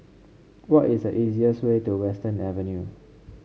what is the easiest way to Western Avenue